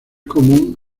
común